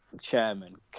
chairman